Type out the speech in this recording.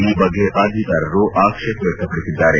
ಈ ಬಗ್ಗೆ ಅರ್ಜಿದಾರರು ಆಕ್ಷೇಪ ವ್ಯಕ್ತಪಡಿಸಿದ್ದಾರೆ